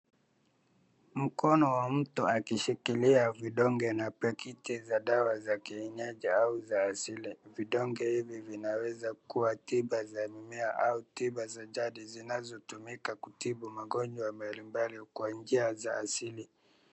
Mkono wa mtu akishikilia vidonge na paketi za dawa za kienyeji au za asili, vidonge hivi vinaweza kuwa tiba za mimea au tiba za jadi zinazotumika kutibu magonjwa mbalimbali kwa njia za asili.